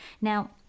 Now